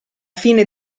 fine